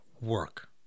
work